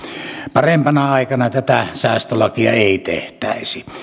parempana aikana tätä säästölakia ei tehtäisi